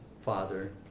Father